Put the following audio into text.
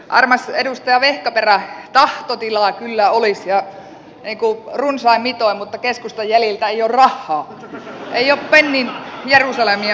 armas edustaja vehkaperä tahtotilaa kyllä olisi ja runsain mitoin mutta keskustan jäljiltä ei ole rahhaa ei ole pennin jerusalemia mistä laittaa